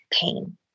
pain